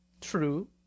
True